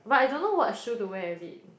but I don't know what shoe to wear with it